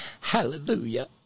Hallelujah